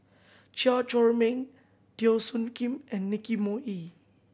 Chew Chor Meng Teo Soon Kim and Nicky Moey